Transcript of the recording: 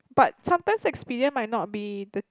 but sometimes Expedia might not be the